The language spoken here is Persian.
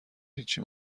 هیچی